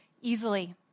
easily